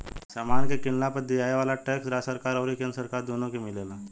समान के किनला पर दियाये वाला टैक्स राज्य सरकार अउरी केंद्र सरकार दुनो के मिलेला